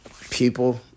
people